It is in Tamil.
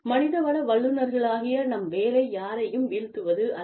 மனிதவள வல்லுநர்களாகிய நம் வேலை யாரையும் வீழ்த்துவதல்ல